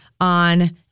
on